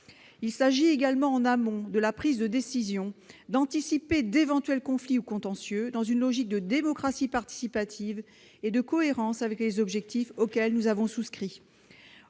Il s'agit également, en amont, au niveau de la prise de décision, d'anticiper d'éventuels conflits ou contentieux, dans une logique de démocratie participative et par cohérence avec les objectifs auxquels nous avons souscrit.